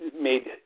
made